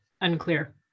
unclear